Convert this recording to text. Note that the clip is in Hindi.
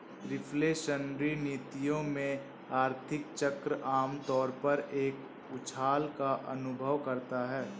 रिफ्लेशनरी नीतियों में, आर्थिक चक्र आम तौर पर एक उछाल का अनुभव करता है